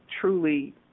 truly